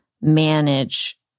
manage